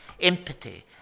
empathy